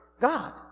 God